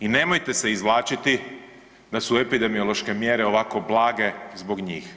I nemojte se izvlačiti da su epidemiološke mjere ovako blage zbog njih.